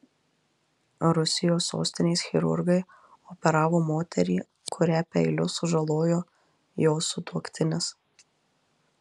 rusijos sostinės chirurgai operavo moterį kurią peiliu sužalojo jos sutuoktinis